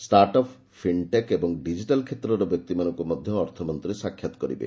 startup fintech ଓ digital କ୍ଷେତ୍ରର ବ୍ୟକ୍ତିମାନଙ୍କୁ ମଧ୍ୟ ଅର୍ଥମନ୍ତ୍ରୀ ସାକ୍ଷାତ କରିବେ